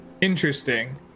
Interesting